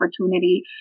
opportunity